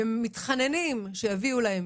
ומתחננים שיביאו להם